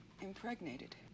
impregnated